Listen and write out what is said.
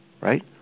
right